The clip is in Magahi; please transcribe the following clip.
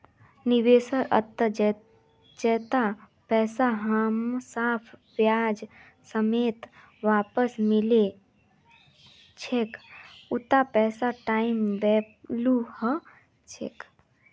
निवेशेर अंतत जैता पैसा हमसाक ब्याज समेत वापस मिलो छेक उता पैसार टाइम वैल्यू ह छेक